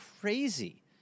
crazy